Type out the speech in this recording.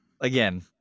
again